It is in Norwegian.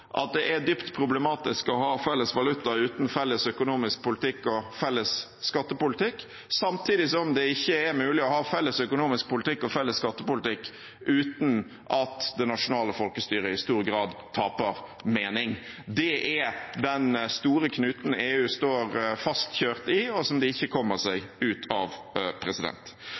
at det er dypt problematisk å ha felles valuta uten felles økonomisk politikk og felles skattepolitikk, samtidig som det ikke er mulig å ha felles økonomisk politikk og felles skattepolitikk uten at det nasjonale folkestyret i stor grad taper mening. Det er den store knuten EU står fastkjørt i, og som de ikke kommer seg ut av.